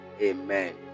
amen